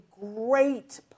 great